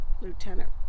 Lieutenant